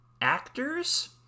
Actors